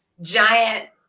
giant